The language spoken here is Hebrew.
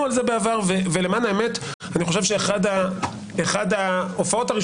על זה בעבר ולמען האמת אני חושב שאחת ההופעות שלי